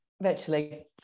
Virtually